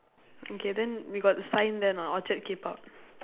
okay then you got the sign there or not orchard Kpop